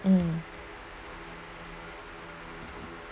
uh